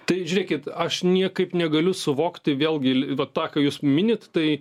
tai žiūrėkit aš niekaip negaliu suvokti vėlgi va tą ką jūs minit tai